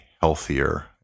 healthier